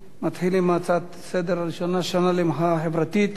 אני מתחיל עם הנושא הראשון: שנה למחאה החברתית,